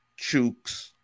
Chooks